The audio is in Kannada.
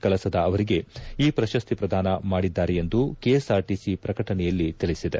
ಕಳಸದ ಅವರಿಗೆ ಈ ಪ್ರಶಸ್ತಿ ಪ್ರದಾನ ಮಾಡಿದ್ದಾರೆ ಎಂದು ಕೆಎಸ್ಆರ್ಟಿಸಿ ಪ್ರಕಟಣೆಯಲ್ಲಿ ತಿಳಿಸಿದೆ